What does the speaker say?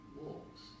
wolves